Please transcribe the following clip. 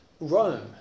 Rome